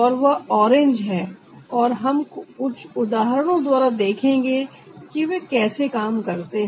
और वह ऑरेंज है और हम कुछ उदाहरणों द्वारा देखेंगे कि वे कैसे काम करते है